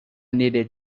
needed